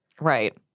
Right